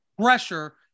pressure